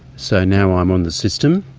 so now i'm on the system.